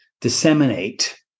disseminate